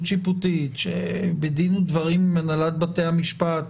שיפוטית שבדין ודברים עם הנהלת בתי המשפט,